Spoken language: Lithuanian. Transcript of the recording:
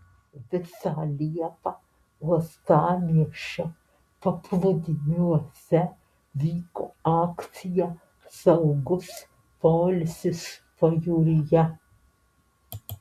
visą liepą uostamiesčio paplūdimiuose vyko akcija saugus poilsis pajūryje